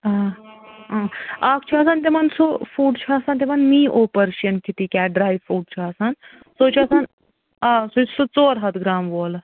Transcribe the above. آ اۭں اَکھ چھُ آسان تِمن سُہ فوڈ چھُ آسان تِمن می او Persian kitty cat dry food چھُ آسان سُے چھُ آسان آ سُہ چھُ سُہ ژور ہتھ گرٛام وول